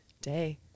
day